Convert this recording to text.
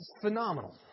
Phenomenal